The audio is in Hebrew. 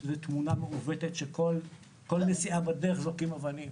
זו תמונה מעוותת שכל נסיעה בדרך זורקים אבנים.